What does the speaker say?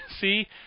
see